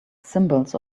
symbols